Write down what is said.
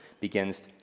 begins